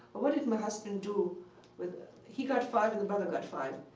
well, what did my husband do with he got five and the brother got five.